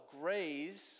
graze